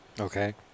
Okay